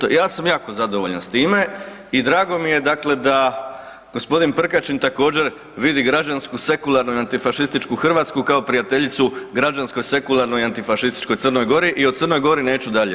To je jedno, ja sam jako zadovoljan s time i drago mi je dakle da gospodin Prkačin također vidi građansku, sekularnu i antifašističku Hrvatsku kao prijateljicu građanskoj, sekularnoj i antifašističkoj Crnog Gori i o Crnog Gori neću dalje.